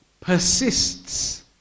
persists